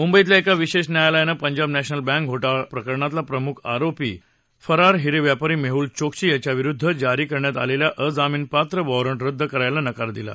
मुंबईतल्या एका विशेष न्यायालयानं पंजाब नॅशनल बँक घोटाळा प्रकरणातला प्रमुख आरोपी फरार हिरे व्यापारी मेहूल चोक्सी याच्याविरुद्ध जारी करण्यात आलेल्या अजामीनपात्र वारंट रद्द करायला नकार दिला आहे